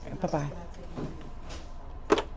Bye-bye